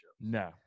No